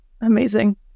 Amazing